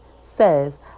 says